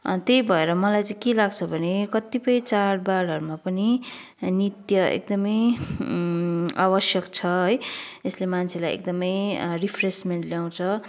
त्यहि भएर मलाइ चाहिँ के लाग्छ भने कतिपय चाडबाडहरूमा पनि नृत्य एकदमै आवश्यक छ है यसले मान्छेलाई एकदमै रिफ्रेसमेन्ट ल्याउँछ